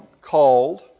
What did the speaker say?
called